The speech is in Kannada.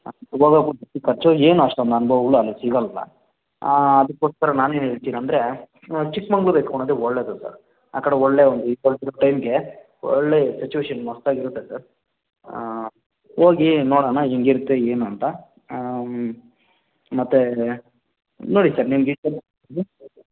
ಒಬ್ಬೊಬ್ಬರ ಖರ್ಚು ಏನು ಅಷ್ಟೊಂದು ಅನುಭವಗಳು ಅಲ್ಲಿ ಸಿಗಲ್ಲ ಅದಕ್ಕೋಸ್ಕರ ನಾನೇನು ಹೇಳ್ತೀನಂದರೆ ಚಿಕ್ಕಮಗ್ಳೂರ್ ಇಟ್ಕೊಳ್ಳೋದೇ ಒಳ್ಳೆಯದು ಸರ್ ಆ ಕಡೆ ಒಳ್ಳೆಯ ಒಂದು ಟೈಮ್ಗೆ ಒಳ್ಳೆಯ ಸಿಚುವೇಶನ್ ಮಸ್ತ್ ಆಗಿರುತ್ತೆ ಸರ್ ಹೋಗಿ ನೋಡಣ ಹೆಂಗಿರುತ್ತೆ ಏನು ಅಂತ ಮತ್ತೆ ನೋಡಿ ಸರ್ ನಿಮಗೆ